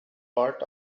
part